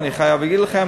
אני חייב להגיד לכם,